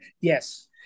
Yes